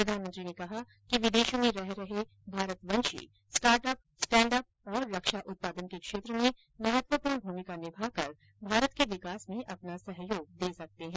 प्रधानमंत्री ने कहा कि विदेशों में रह रहे भारतवंशी स्टार्ट अप स्टैंड अप और रक्षा उत्पादन के क्षेत्र में महत्वपूर्ण भूमिका निभा कर भारत के विकास में अपना सहयोग दे सकते हैं